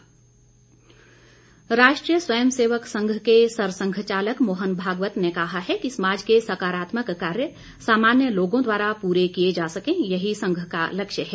RSS Rashtriya Swayamsevak Sangh के सरसंघ चालक मोहन भागवत ने कहा है कि समाज के सकारात्मक कार्य सामान्य लोगों द्वारा पूरे किये जा सके यही संघ का लक्ष्य है